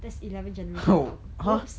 that's eleven generations out !oops!